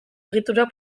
egiturak